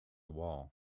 wall